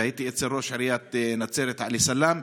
הייתי אצל ראש עיריית נצרת עלי סלאם,